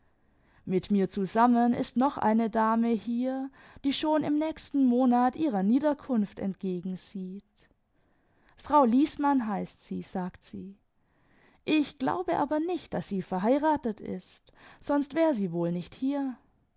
mit mir zusammen ist noch eine dame hier die schon im nächsten monat ihrer niederkunft entgegensieht frau liesmann heißt sie sagt sie ich glaube aber nicht daß sie verheiratet ist sonst war sie wohl nicht hier